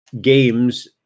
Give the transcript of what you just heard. games